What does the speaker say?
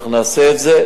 אנחנו נעשה את זה,